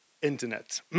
Internet